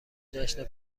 جشن